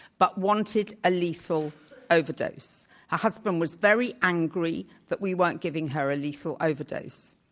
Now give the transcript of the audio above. but wanted a lethal overdose her husband was very angry that we weren't giving her a lethal overdose.